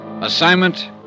Assignment